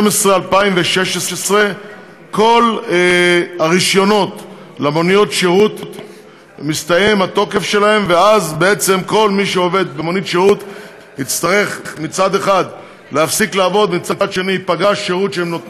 התשע"ז 2016. מכיוון שהונחה בפנינו